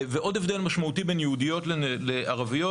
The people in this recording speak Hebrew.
ועוד הבדל משמעותי בין יהודיות לערביות,